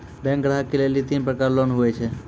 Bank ग्राहक के लेली तीन प्रकर के लोन हुए छै?